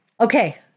Okay